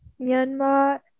Myanmar